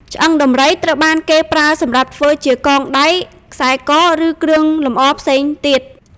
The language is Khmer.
ឆ្អឹងដំរីត្រូវបានគេប្រើសម្រាប់ធ្វើជាកងដៃ ខ្សែ ក ឬគ្រឿងលម្អផ្សេងទៀត។